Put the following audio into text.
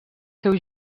seus